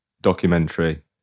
documentary